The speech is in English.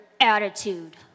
attitude